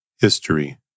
History